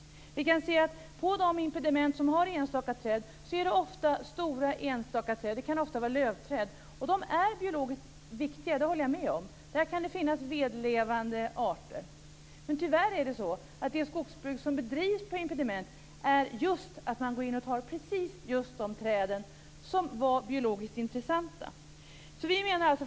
På de impediment där det finns enstaka träd rör det sig ofta om stora träd, ofta lövträd. De är biologiskt viktiga; det håller jag med om. Där kan det finnas vedlevande arter. Tyvärr är det skogsbruk som bedrivs på impediment sådant att det är just biologiskt intressanta träd som tas.